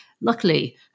Luckily